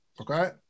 Okay